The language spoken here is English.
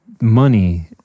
money